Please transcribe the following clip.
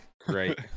Great